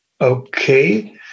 okay